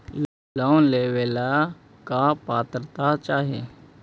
Loan लेवेला का पात्रता चाही?